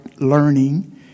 learning